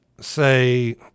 say